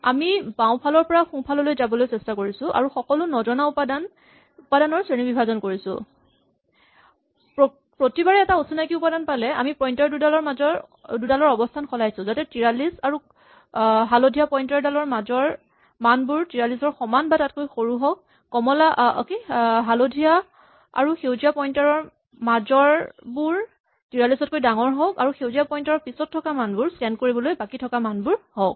আমি বাওঁফালৰ পৰা সোঁফাললৈ যাবলৈ চেষ্টা কৰিছো আৰু সকলো নজনাকৈ থকা উপাদানৰ শ্ৰেণীবিভাজন কৰিছো প্ৰতিবাৰে এটা অচিনাকী উপাদান পালে আমি পইন্টাৰ দুডালৰ অৱস্হান সলাইছো যাতে ৪৩ আৰু হালধীয়া পইন্টাৰ ডালৰ মাজৰ মানবোৰ ৪৩ ৰ সমান বা তাতকৈ সৰু হওঁক হালধীয়া আৰু সেউজীয়া পইন্টাৰ ৰ মাজৰ মানবোৰ ৪৩ তকৈ ডাঙৰ হওঁক আৰু সেউজীয়া পইন্টাৰৰ পিছত থকা মানবোৰ স্কেন কৰিবলৈ বাকী থকা মানবোৰ হওঁক